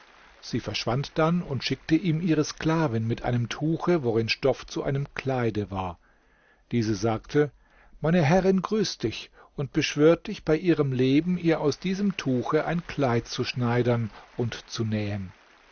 sie verschwand dann und schickte ihm ihre sklavin mit einem tuche worin stoff zu einem kleide war diese sagte meine herrin grüßt dich und beschwört dich bei ihrem leben ihr aus diesem tuche ein kleid zu schneidern und zu nähen